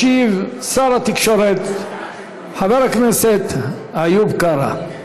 ישיב שר התקשורת חבר הכנסת איוב קרא.